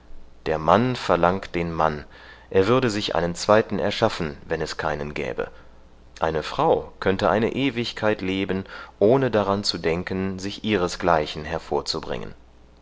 der mann verlangt den mann er würde sich einen zweiten erschaffen wenn es keinen gäbe eine frau könnte eine ewigkeit leben ohne daran zu denken sich ihresgleichen hervorzubringen